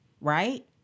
Right